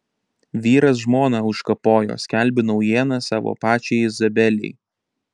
vyras žmoną užkapojo skelbiu naujieną savo pačiai izabelei